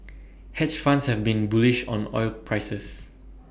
hedge funds have been bullish on oil prices